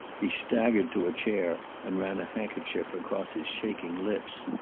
he staggered to a chair, and ran a handkerchief across his shaking lips.